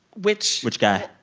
which. which guy?